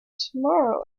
tomorrow